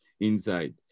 inside